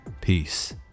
Peace